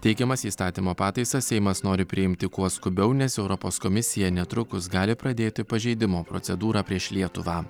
teikiamas įstatymo pataisas seimas nori priimti kuo skubiau nes europos komisija netrukus gali pradėti pažeidimo procedūrą prieš lietuvą